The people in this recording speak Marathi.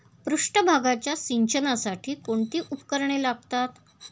पृष्ठभागाच्या सिंचनासाठी कोणती उपकरणे लागतात?